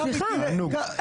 תענוג.